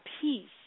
peace